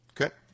Okay